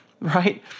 Right